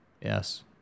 Yes